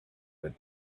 from